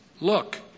look